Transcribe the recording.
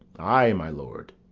ay, my lord.